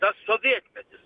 tas sovietmetis